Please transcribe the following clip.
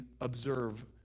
observe